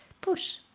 push